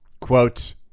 quote